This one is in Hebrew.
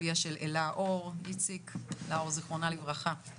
אביה של אלה אור ז"ל שנספתה באסון נחל צפית.